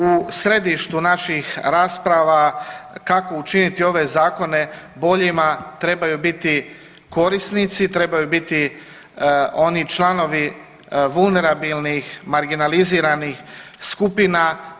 U središtu naših rasprava kako učiniti ove zakone boljima trebaju biti korisnici, trebaju biti oni članovi vulnerabilnih, marginaliziranih skupina.